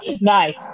Nice